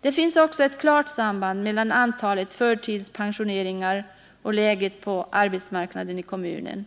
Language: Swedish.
Det finns också ett klart samband mellan antalet förtidspensioneringar och läget på arbetsmarknaden i kommunen.